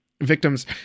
victims